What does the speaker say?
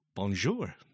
Bonjour